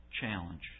challenge